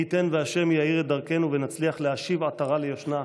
מי ייתן וה' יאיר את דרכנו ונצליח להשיב עטרה ליושנה,